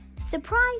surprise